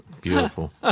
Beautiful